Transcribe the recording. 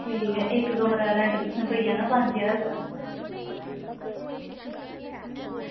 ठीक ऐ इक कमरे दा रैंट तुसेंगी पेई जाना पंज ज्हार रपेआ